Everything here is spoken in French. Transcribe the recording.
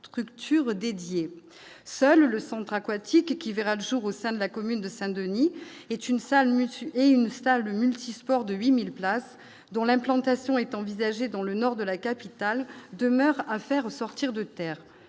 infrastructures dédiées : seul le centre aquatique qui verra le jour au sein de la commune de Saint-Denis est une salle multi-et une stalle multisports de 8000 places dont l'implantation est envisagée dans le nord de la capitale demeure à faire sortir de terre